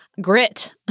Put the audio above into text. grit